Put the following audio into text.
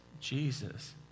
Jesus